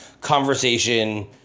conversation